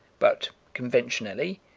but, conventionally,